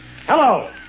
Hello